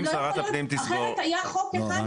זה לא יכול להיות, אחרת היה חוק אחד